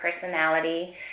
personality